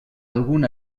algun